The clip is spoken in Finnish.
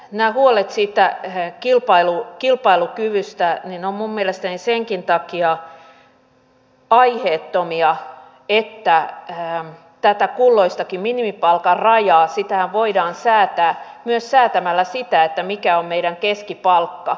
nämä huolet kilpailukyvystä ovat mielestäni aiheettomia senkin takia että kulloistakin minimipalkan rajaa voidaan säätää myös säätämällä sitä mikä on meidän keskipalkkamme